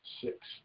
six